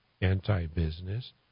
anti-business